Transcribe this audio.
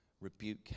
Rebuke